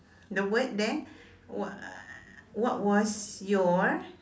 the word there what what was your